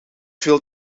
veel